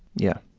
yeah.